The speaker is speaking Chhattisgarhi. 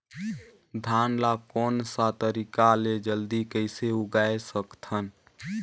धान ला कोन सा तरीका ले जल्दी कइसे उगाय सकथन?